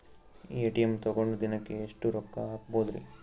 ATM ತಗೊಂಡ್ ದಿನಕ್ಕೆ ಎಷ್ಟ್ ರೊಕ್ಕ ಹಾಕ್ಬೊದ್ರಿ?